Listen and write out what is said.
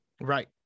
Right